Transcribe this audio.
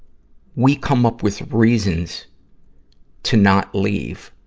we come up with reasons to not leave,